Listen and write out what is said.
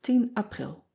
pril